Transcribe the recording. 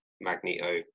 Magneto